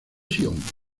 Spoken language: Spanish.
sion